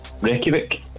Reykjavik